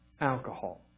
alcohol